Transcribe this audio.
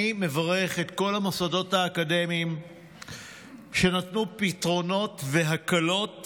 אני מברך את כל המוסדות האקדמיים שנתנו פתרונות והקלות